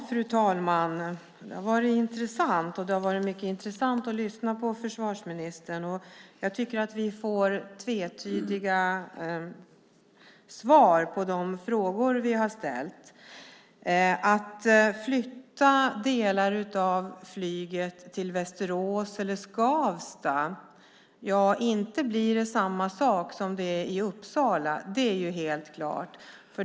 Fru talman! Det har varit en intressant debatt, och det har varit mycket intressant att lyssna på försvarsministern. Jag tycker att vi får tvetydiga svar på de frågor vi har ställt. Att flytta delar av flyget till Västerås eller Skavsta - inte blir det samma sak som det är i Uppsala. Det är ju helt klart.